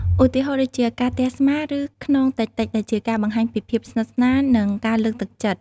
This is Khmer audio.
ឧទាហរណ៍ដូចជាការទះស្មាឬខ្នងតិចៗ ដែលជាការបង្ហាញពីភាពស្និទ្ធស្នាលនិងការលើកទឹកចិត្ត។